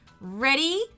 Ready